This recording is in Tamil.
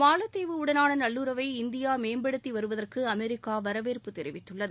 மாலத்தீவுகள் உடனாள நல்லுறவை இந்தியா மேம்படுத்தி வருவதற்கு அமெரிக்கா வரவேற்பு தெரிவித்துள்ளது